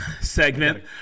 segment